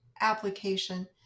application